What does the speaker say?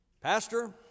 Pastor